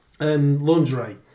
Lingerie